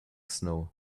snow